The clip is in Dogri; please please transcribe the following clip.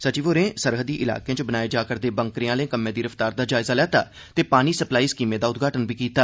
सचिव होरें सरहदी इलाकें च बनाए जा रदे बंकरें आले कम्में दी रफ्तार दा जायजा लैता ते पानी सप्लाई स्कीमें दा उद्घाटन कीता